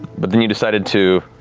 but then you decided to,